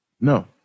No